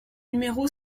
numéro